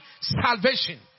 salvation